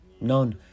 None